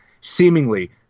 seemingly